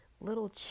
little